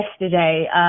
yesterday